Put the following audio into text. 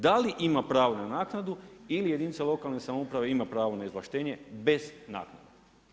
Da li ima pravo na naknadu ili jedinica lokalne samouprave ima pravo na izvlaštenje bez naknade?